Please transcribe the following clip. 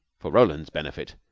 for roland's benefit,